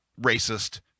racist